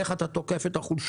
איך אתה תוקף את החולשות.